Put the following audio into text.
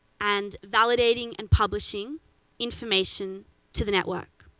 and validating and publishing information to the network.